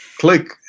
click